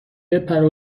بپره